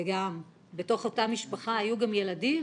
ובתוך אותה משפחה היו גם ילדים,